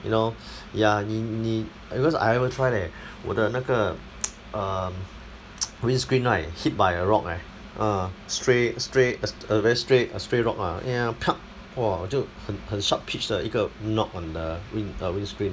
you know ya 你你 because I ever try leh 我的那个 um windscreen right hit by a rock leh ah stray stray a very stray a stray rock ah ya piak !wah! 我就很很 sharp pitch 的一个 knock on the wind uh windscreen